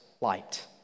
light